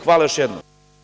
Hvala još jednom